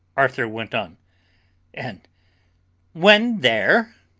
arthur went on and when there?